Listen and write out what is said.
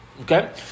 Okay